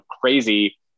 crazy